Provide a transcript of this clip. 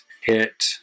hit